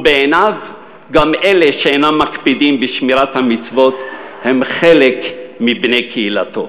ובעיניו גם אלה שאינם מקפידים בשמירת המצוות הם חלק מבני קהילתו,